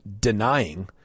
denying